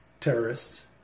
terrorists